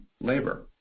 labor